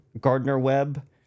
Gardner-Webb